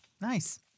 nice